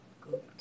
good